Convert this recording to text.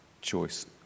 choice